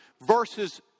verses